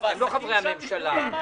אתם לא חברי הממשלה- -- אגב,